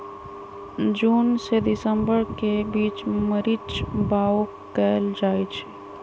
जून से दिसंबर के बीच मरीच बाओ कएल जाइछइ